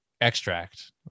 extract